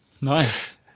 nice